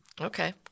Okay